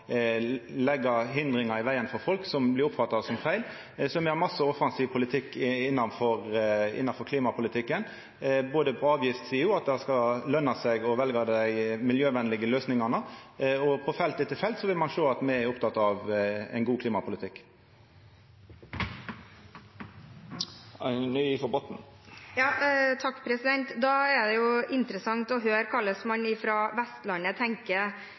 leggja hindringar i vegen for folk, noko som blir oppfatta som feil. Me har mykje offensiv politikk innanfor klimapolitikken på avgiftssida – at det skal løna seg å velja dei miljøvenlege løysingane. På felt etter felt vil ein sjå at me er opptekne av ein god klimapolitikk. Da er det interessant å høre hvordan man fra Vestlandet tenker